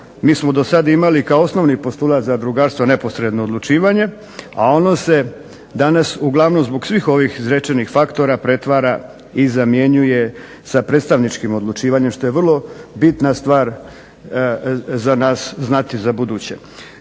Mi smo do sad imali kao osnovni postulat zadrugarstva neposredno odlučivanje, a ono se danas uglavnom zbog svih ovih izrečenih faktora pretvara i zamjenjuje sa predstavničkim odlučivanjem što je vrlo bitna stvar za nas znati za u buduće.